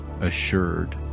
assured